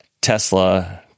Tesla